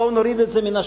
בואו ונוריד את זה מהשולחן,